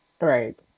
right